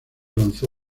lanzó